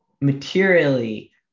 materially